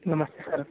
नमस्ते सर